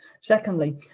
Secondly